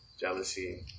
jealousy